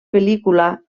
pel·lícula